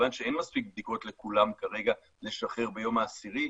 מכיוון שאין מספיק בדיקות לכולם כרגע לשחרר ביום העשירי.